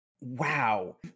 wow